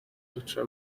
duca